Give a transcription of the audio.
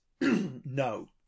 no